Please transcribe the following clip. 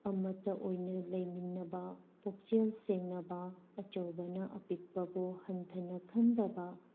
ꯑꯃꯠꯇ ꯑꯣꯏꯅ ꯂꯩꯃꯤꯟꯅꯕ ꯄꯨꯛꯆꯦꯜ ꯁꯦꯡꯅꯕ ꯑꯆꯧꯕꯅ ꯑꯄꯤꯛꯄꯕꯨ ꯍꯟꯊꯅ ꯈꯟꯗꯕ